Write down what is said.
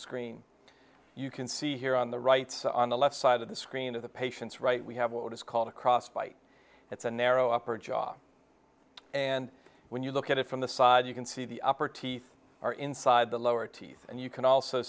screen you can see here on the right side on the left side of the screen of the patient's right we have what is called a cross bite it's a narrow upper jaw and when you look at it from the side you can see the upper teeth are inside the lower teeth and you can also